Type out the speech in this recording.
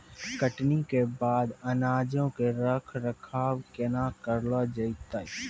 कटनी के बाद अनाजो के रख रखाव केना करलो जैतै?